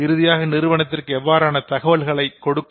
இறுதியாக நிறுவனத்திற்கு எவ்வாறான தகவல்களை கொடுக்கும்